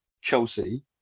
Chelsea